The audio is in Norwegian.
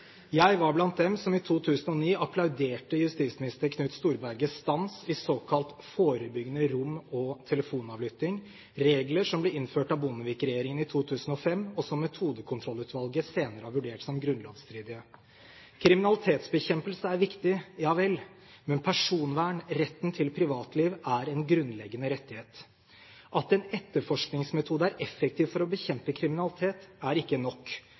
Jeg var blant dem som i 2009 applauderte justisminister Knut Storbergets stans i såkalt «forebyggende rom- og telefonavlytting», regler som ble innført av Bondevik-regjeringen i 2005, og som Metodekontrollutvalget senere har vurdert som grunnlovsstridige. Kriminalitetsbekjempelse er viktig, ja vel, men personvern, retten til privatliv, er en grunnleggende rettighet. At en etterforskningsmetode er effektiv for å bekjempe kriminalitet, er ikke nok.